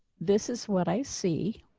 this is what i see.